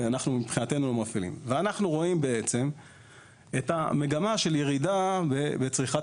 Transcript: אנחנו בעצם רואים את המגמה של ירידה בצריכת